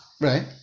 right